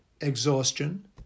exhaustion